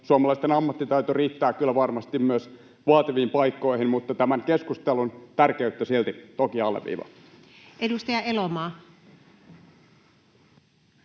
Suomalaisten ammattitaito riittää kyllä varmasti myös vaativiin paikkoihin, mutta tämän keskustelun tärkeyttä silti toki alleviivaan.